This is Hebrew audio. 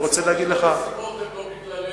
תמיד הנסיבות הן לא בגללנו.